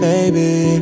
Baby